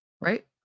right